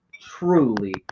truly